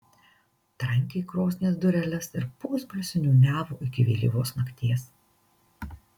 trankė krosnies dureles ir pusbalsiu niūniavo iki vėlyvos nakties